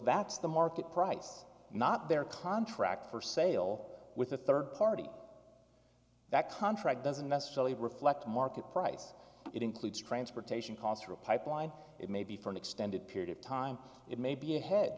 that's the market price not their contract for sale with a third party that contract doesn't necessarily reflect market price it includes transportation costs or a pipeline it may be for an extended period of time it may be a he